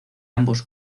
ambos